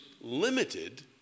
limited